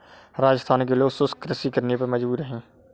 राजस्थान के लोग शुष्क कृषि करने पे मजबूर हैं